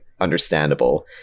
understandable